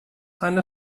eine